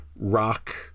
rock